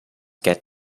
get